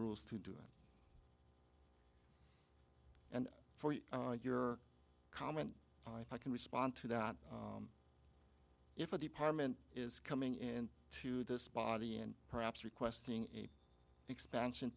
rules to do it and for your comment if i can respond to that if a department is coming in to this body and perhaps requesting an expansion